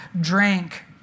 drank